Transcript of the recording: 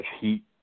heat